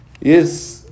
Yes